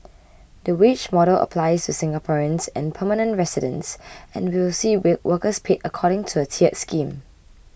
the wage model applies to Singaporeans and permanent residents and will see we workers paid according to a tiered scheme